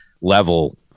level